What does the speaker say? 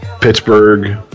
Pittsburgh